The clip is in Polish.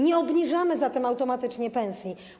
Nie obniżamy zatem automatycznie pensji.